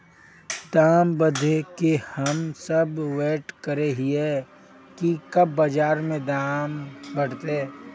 दाम बढ़े के हम सब वैट करे हिये की कब बाजार में दाम बढ़ते?